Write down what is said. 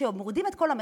כשמורידים את כל המכסים,